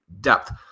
depth